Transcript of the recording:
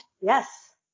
yes